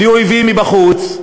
בלי אויבים מבחוץ,